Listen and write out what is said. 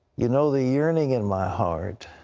you know the yearning in my heart.